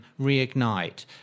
reignite